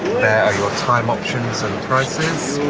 your time options and prices